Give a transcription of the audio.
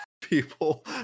people